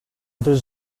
there